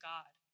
God